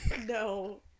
No